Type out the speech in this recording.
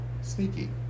sneaky